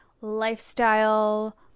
lifestyle